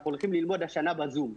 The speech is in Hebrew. אנחנו הולכים ללמוד השנה בזום.